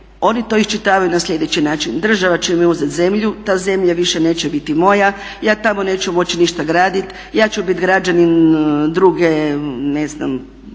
oni to iščitavaju na sljedeći način: država će mi uzeti zemlju, ta zemlja više neće biti moja, ja tamo neću moći ništa graditi, ja ću biti građanin lošiji od onog